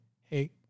hey